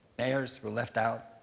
mayors were left out.